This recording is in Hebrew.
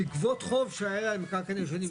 לגבות חוב שהיה למקרקעין הישנים.